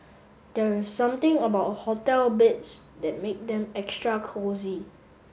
there is something about hotel beds that make them extra cosy